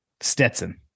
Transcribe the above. Stetson